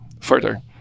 further